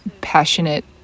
passionate